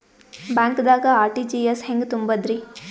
ಬ್ಯಾಂಕ್ದಾಗ ಆರ್.ಟಿ.ಜಿ.ಎಸ್ ಹೆಂಗ್ ತುಂಬಧ್ರಿ?